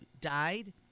died